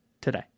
today